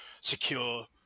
secure